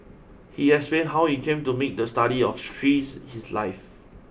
he explained how he came to make the study of trees his life